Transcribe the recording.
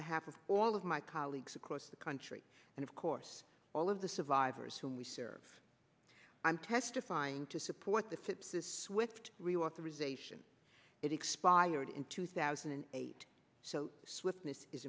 behalf of all of my colleagues across the country and of course all of the survivors whom we serve i'm testifying to support the sepsis swift reauthorization it expired in two thousand and eight so swiftness is